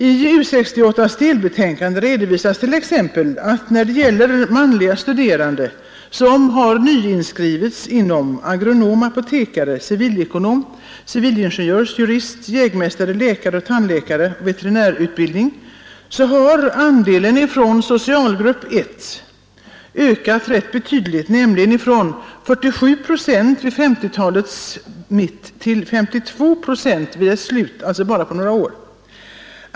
I U 68: delbetänkande redovisas att t.ex. när det gäller manliga studerande som har nyinskrivits inom agronom-, apotekar-, civilekonom-, civilingenjörs-, jurist-, jägmästare-, läkare-, tandläkareoch veterinärutbildning har andelen från socialgrupp 1 ökat rätt betydligt, nämligen från 47 procent vid 1950-talets mitt till 52 procent vid dess slut.